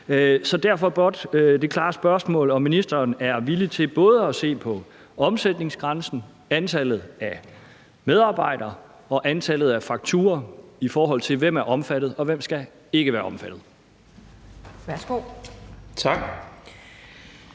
Så derfor har jeg blot det klare spørgsmål, om ministeren er villig til at se på både omsætningsgrænsen, antallet af medarbejdere og antallet af fakturaer, i forhold til hvem der er omfattet og hvem der ikke skal være omfattet.